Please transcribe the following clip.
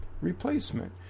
replacement